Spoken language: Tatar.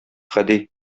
гади